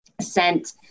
sent